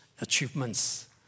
achievements